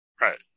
Right